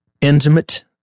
intimate